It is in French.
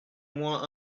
moins